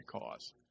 cause